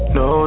no